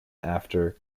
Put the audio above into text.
after